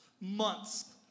months